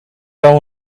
wel